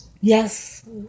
Yes